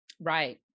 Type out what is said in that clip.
Right